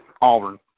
Auburn